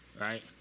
Right